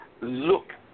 look